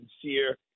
sincere